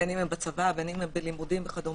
בין אם הם בצבא או בלימודים וכדומה.